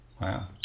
Wow